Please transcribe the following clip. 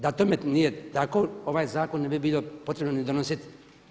Da tome nije tako ovaj zakon ne bi bilo potrebno ni donositi.